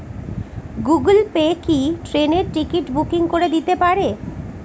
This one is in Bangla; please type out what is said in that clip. গুগল পে কি ট্রেনের টিকিট বুকিং করে দিতে পারে?